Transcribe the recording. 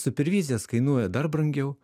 supervizijas kainuoja dar brangiau